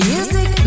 Music